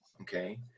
Okay